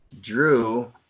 Drew